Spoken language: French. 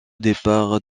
départ